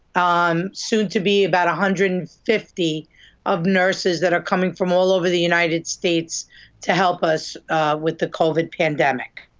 ah um soon to be about one hundred and fifty of nurses that are coming from all over the united states to help us with the covid pandemic.